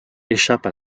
échappe